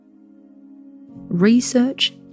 Research